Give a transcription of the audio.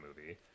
movie